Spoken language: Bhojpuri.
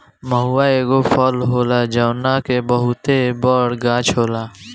महुवा एगो फल होला जवना के बहुते बड़ गाछ होला